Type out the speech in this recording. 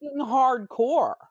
hardcore